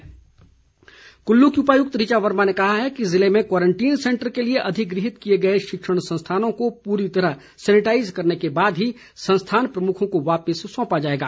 DC Kullu Kullu की उपायुक्त ऋचा वर्मा ने कहा है कि जिले में क्वारंटीन सैंटर के लिए अधिगृहित किए गए शिक्षण संस्थानों को पूरी तरह सैनिटाइज़ करने के बाद ही संस्थान प्रमुखों को वापिस सौंपा जाएगा